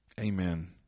Amen